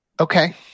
Okay